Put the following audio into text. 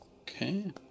Okay